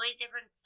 different